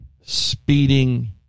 speeding